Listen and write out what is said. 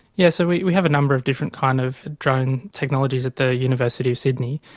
yeah so we we have a number of different kind of drone technologies at the university of sydney,